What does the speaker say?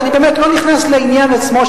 ואני באמת לא נכנס לעניין עצמו,